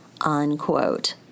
unquote